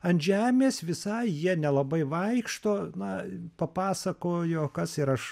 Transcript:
ant žemės visai jie nelabai vaikšto na papasakojo kas ir aš